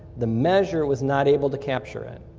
the measure was not able to capture it.